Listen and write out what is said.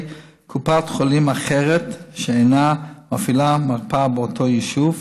קופת חולים אחרת שאינה מפעילה מרפאה באותו יישוב.